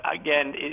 again